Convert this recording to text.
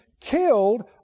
killed